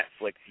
Netflix